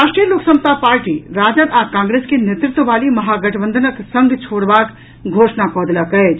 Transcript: राष्ट्रीय लोक समता पार्टी राजद आ कांग्रेस के नेतृत्व वाली महागठबंधनक संग छोड़बाक घोषणा कऽ देलक अछि